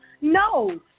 No